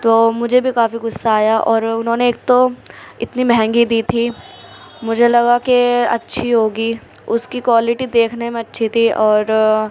تو مجھے بھی کافی غصّہ آیا اور اُنہوں نے ایک تو اتنی مہنگی دی تھی مجھے لگا کہ اچھی ہو گی اُس کی کوالٹی دیکھنے میں اچھی تھی اور